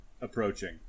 approaching